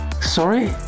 Sorry